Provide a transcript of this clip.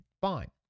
fine